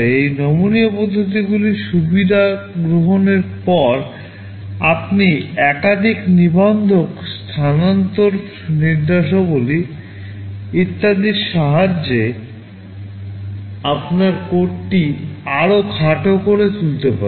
এই নমনীয় পদ্ধতিগুলির সুবিধা গ্রহণের পরে আপনি একাধিক নিবন্ধক স্থানান্তর নির্দেশাবলী ইত্যাদির সাহায্যে আপনার কোডটি আরও খাটো করে তুলতে পারেন